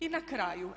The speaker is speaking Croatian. I na kraju.